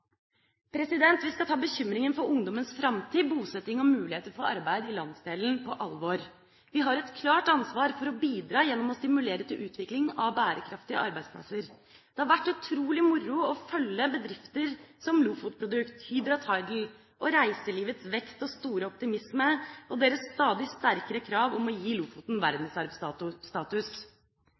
Vi skal ta bekymringen for ungdommens framtid, bosetting og muligheter for arbeid i landsdelen på alvor. Vi har et klart ansvar for å bidra gjennom å stimulere til utvikling av bærekraftige arbeidsplasser. Det har vært utrolig moro å følge bedrifter som Lofotprodukt, Hydra Tidal og reiselivets vekst og store optimisme og deres stadig sterkere krav om å gi Lofoten verdensarvstatus.